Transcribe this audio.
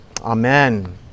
Amen